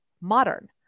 modern